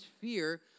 fear